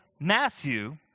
Matthew